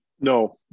No